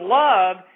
love